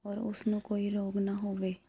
ਔਰ ਉਸਨੂੰ ਕੋਈ ਰੋਗ ਨਾ ਹੋਵੇ